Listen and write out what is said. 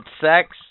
sex